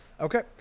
Okay